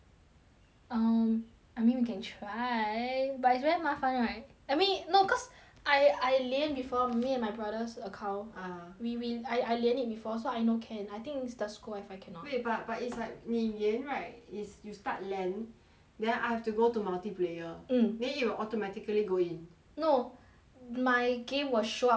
um I mean we can try but it's very 麻烦 right I mean no cause I I 连 before me and my brothers' account ah we we I I 连 it before so I know can I think is the school wifi cannot wait but but it's like 你连 right is you start land then I have to go to multi player mm then it will automatically go in no my game will show up on your multiplayer